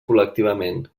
col·lectivament